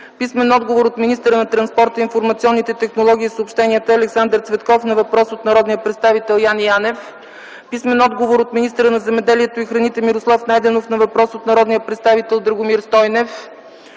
писмен отговор от министъра на транспорта, информационните технологии и съобщенията Александър Цветков на въпрос от народния представител Яне Янев; - писмен отговор от министъра на земеделието и храните Мирослав Найденов на въпрос от народния представител Драгомир Стойнев;